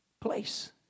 place